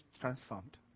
transformed